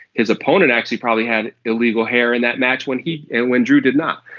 his opponent actually probably had illegal hair in that match when he and when drew did not.